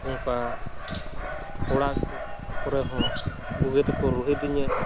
ᱚᱱᱠᱟ ᱚᱲᱟᱜ ᱠᱚᱨᱮ ᱦᱚᱸ ᱵᱳᱜᱮᱛᱮᱠᱚ ᱨᱳᱦᱮᱫᱮᱧᱟᱹ